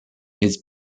his